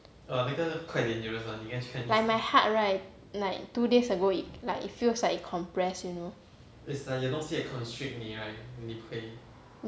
like my heart right like two days ago it like it feels like it compress you know